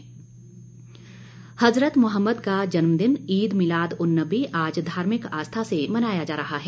ईद हज़रत मोहम्मद का जन्मदिन ईद मिलाद उन नबी आज धार्मिक आस्था से मनाया जा रहा है